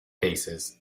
cases